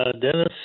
Dennis